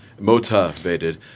motivated